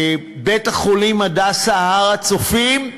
בית-החולים "הדסה הר-הצופים".